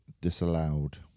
disallowed